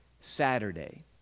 Saturday